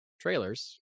trailers